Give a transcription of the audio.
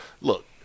look